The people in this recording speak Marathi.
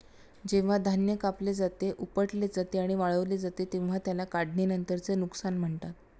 जेव्हा धान्य कापले जाते, उपटले जाते आणि वाळवले जाते तेव्हा त्याला काढणीनंतरचे नुकसान म्हणतात